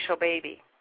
baby